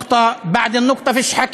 כאשר אני אומר (אומר בערבית ומתרגם:)